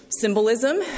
symbolism